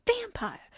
vampire